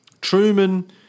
Truman